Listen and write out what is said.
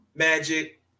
Magic